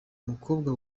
umukobwa